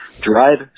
Drive